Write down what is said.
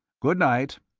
good-night.